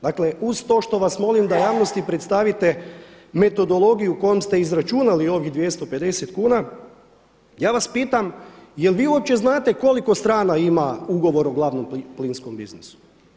Dakle, uz to što vas molim da javnosti predstavite metodologiju kojom ste izračunali ovih 250 kuna ja vas pitam jel' vi uopće znate koliko strana ima Ugovor o glavnom plinskom biznisu?